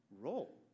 role